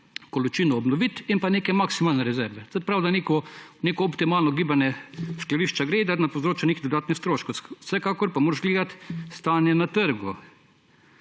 količino obnoviti, in pa neke maksimalne rezerve. Se pravi, da je neko optimalno gibanje skladišča, da se ne povzroča nekih dodatnih stroškov. Vsekakor pa moraš gledati stanje na trgu.